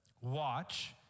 Watch